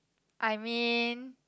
I mean